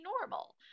normal